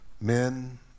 men